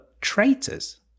traitors